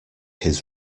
his